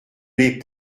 les